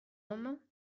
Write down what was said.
amañ